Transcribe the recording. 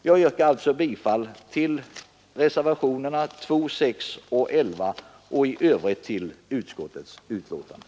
Jag yrkar bifall till reservationerna 2, 6 och 11 och i övrigt till utskottets hemställan.